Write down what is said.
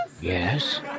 Yes